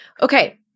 Okay